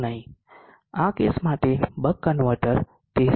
આ કેસ માટે buck converter તે 0